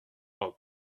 auch